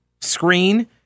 screen